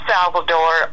Salvador